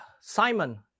Simon